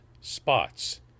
spots